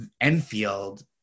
enfield